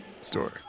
story